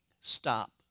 stop